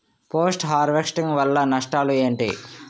Post harvesting వల్ల నష్టాలు ఏంటి?